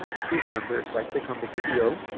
groovemember so i click on the video